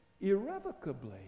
irrevocably